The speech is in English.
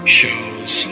shows